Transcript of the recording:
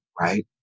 right